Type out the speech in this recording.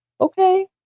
Okay